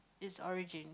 it's origin